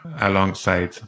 alongside